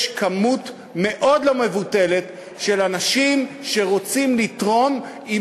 יש מספר מאוד לא מבוטל של אנשים שרוצים לתרום אם